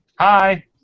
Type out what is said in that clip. Hi